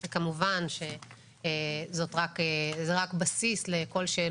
כלומר, כל שנה